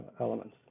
elements